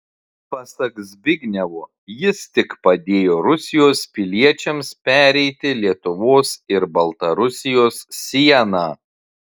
pasak zbignevo jis tik padėjo rusijos piliečiams pereiti lietuvos ir baltarusijos sieną